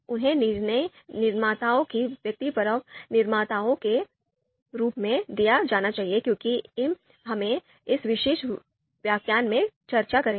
उन्हें निर्णय निर्माताओं की व्यक्तिपरक वरीयताओं के रूप में दिया जाना चाहिए क्योंकि हम इस विशेष व्याख्यान में चर्चा करेंगे